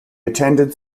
attended